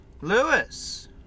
Lewis